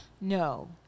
No